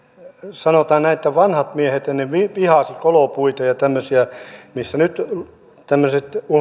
sanotaan näin vanhat miehet vihasivat kolopuita ja tämmöisiä missä nyt tämmöisiä